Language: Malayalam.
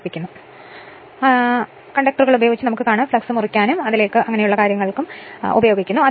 പ്രേരിപ്പിക്കുന്നു